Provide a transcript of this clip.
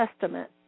Testament